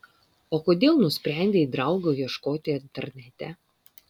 o kodėl nusprendei draugo ieškoti internete